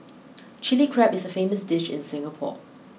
Chilli Crab is a famous dish in Singapore